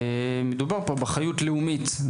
אלא באחריות לאומית.